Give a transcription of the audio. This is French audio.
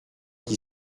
qui